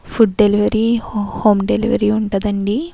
food delivery home delivery ఉంటుందండి